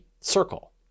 circle